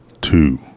Two